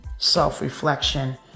Self-reflection